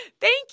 Thank